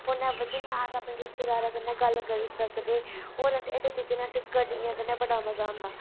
फोनै बजह् नै अस अपने रिश्तेदारें कन्नै गल्ल करी सकदे होर एह्दी चीज़ें ने अस गड्डियें कन्नै बड़ा मज़ा आंदा